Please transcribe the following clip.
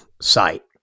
site